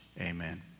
Amen